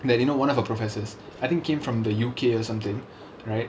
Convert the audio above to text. that you know one of her professors I think came from the U_K or something right